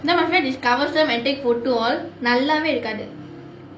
then must wear கவசம்:kavasam and take photo all நல்லாவே இருக்காது:nallaavae irukkaathu